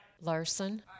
Larson